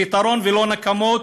פתרון ולא נקמות.